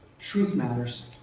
truth matters.